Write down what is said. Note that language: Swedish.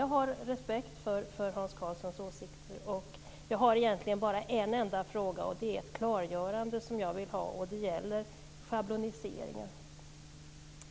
Jag har respekt för Hans Karlssons åsikter. Jag har egentligen bara en enda fråga och den gäller ett klargörande som jag vill ha. Det gäller schabloniseringen.